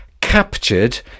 captured